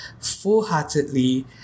fullheartedly